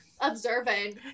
observant